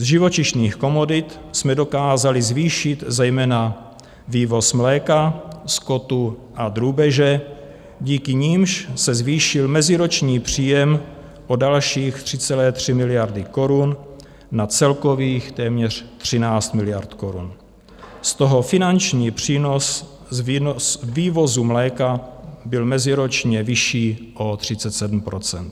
Z živočišných komodit jsme dokázali zvýšit zejména vývoz mléka, skotu a drůbeže, díky nimž se zvýšil meziroční příjem o další 3,3 miliardy korun na celkových téměř 13 miliard korun, z toho finanční přínos z vývozu mléka byl meziročně vyšší o 37 %.